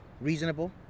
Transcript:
Reasonable